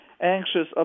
anxious